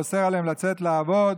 ואוסר עליהם לצאת לעבוד.